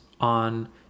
on